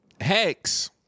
Hex